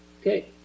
Okay